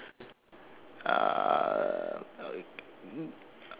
uh